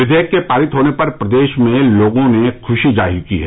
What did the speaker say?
विघेयक के पारित होने पर प्रदेश में लोगों ने खुशी जाहिर की है